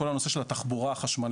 כל הנושא של התחבורה החשמלית.